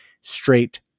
straight